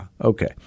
okay